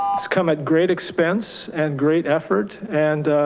it's come at great expense and great effort. and